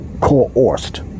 coerced